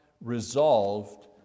resolved